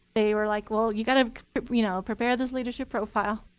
they were like, well, you've got to you know prepare this leadership profile.